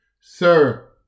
Sir